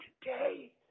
today